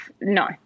no